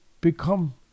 become